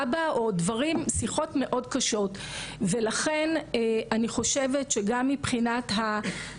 ולהרחיב את ההבנה שלא כל דבר צריך עכשיו לנהל דיון משפטי,